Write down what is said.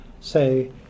say